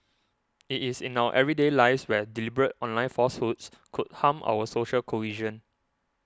it is in our everyday lives where deliberate online falsehoods could harm our social cohesion